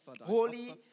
holy